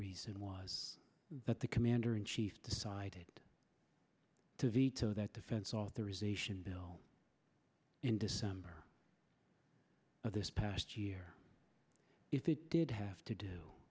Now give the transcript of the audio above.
reason was that the commander in chief decided to veto that defense authorization bill in december but this past year if it did have to do